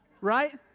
Right